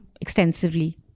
extensively